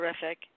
terrific